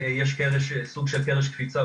סוג של קרש קפיצה,